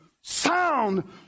sound